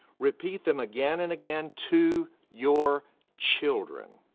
repeat them again and again to your children.